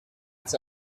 its